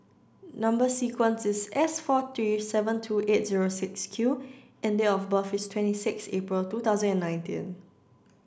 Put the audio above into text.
number sequence is S four three seven two eight zero six Q and date of birth is twenty six April two thousand and nineteen